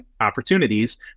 opportunities